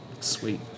sweet